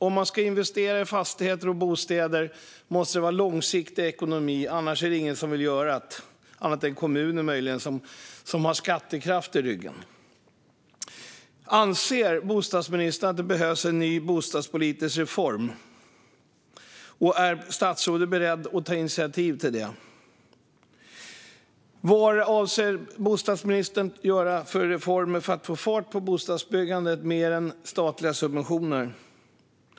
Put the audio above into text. Om man ska investera i fastigheter och bostäder måste det vara en långsiktig ekonomi. Annars är det ingen som vill göra det, annat än möjligen kommuner som har skattekraft i ryggen. Anser bostadsministern att det behövs en ny bostadspolitisk reform, och är statsrådet i så fall beredd att ta initiativ till det? Vad avser bostadsministern att genomföra för reformer för att få fart på bostadsbyggandet mer än statliga subventioner?